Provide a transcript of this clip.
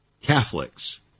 Catholics